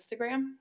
Instagram